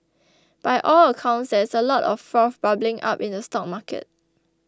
by all accounts there is a lot of froth bubbling up in the stock market